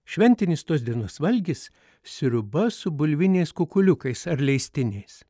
šventinis tos dienos valgis sriuba su bulviniais kukuliukais ar leistiniais